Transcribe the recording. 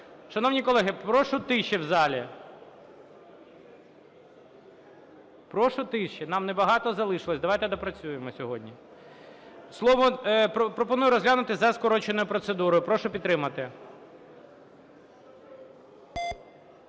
Шановні колеги, прошу тиші в залі. Прошу тиші, нам небагато залишилося, давайте допрацюємо сьогодні. Слово… Пропоную розглянути за скороченою процедурою. Прошу підтримати.